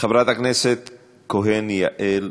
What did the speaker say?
חברת הכנסת כהן יעל פארן.